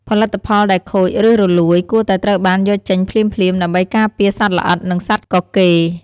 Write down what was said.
ផលិតផលដែលខូច ឬរលួយ គួរតែត្រូវបានយកចេញភ្លាមៗ ដើម្បីការពារសត្វល្អិត និងសត្វកកេរ។